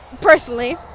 personally